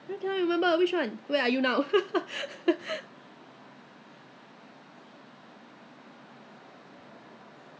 yeah 没有啦我忘记啦因为 cleansing toner 我很多因为那时 I think I bought from don't know what shop after that I ask Johnson to buy for me